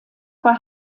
war